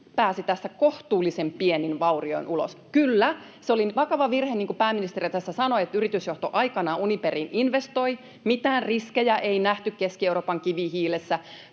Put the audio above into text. pääsi tästä kohtuullisen pienin vaurioin ulos. Kyllä, se oli vakava virhe, niin kuin pääministeri tässä sanoi, että yritysjohto aikanaan Uniperiin investoi. Mitään riskejä ei nähty Keski-Euroopan kivihiilessä